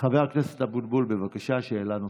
חבר הכנסת אבוטבול, בבקשה, שאלה נוספת.